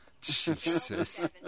Jesus